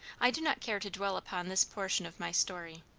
i do not care to dwell upon this portion of my story.